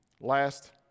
Last